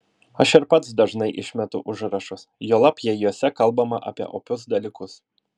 aš ir pats dažnai išmetu užrašus juolab jei juose kalbama apie opius dalykus